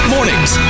Mornings